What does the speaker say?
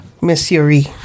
Missouri